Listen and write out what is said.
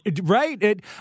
Right